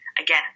again